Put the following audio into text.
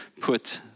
put